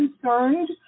concerned